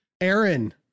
Aaron